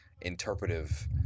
interpretive